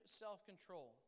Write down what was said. self-control